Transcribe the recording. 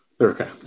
okay